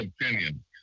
opinion